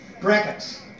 brackets